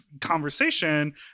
conversation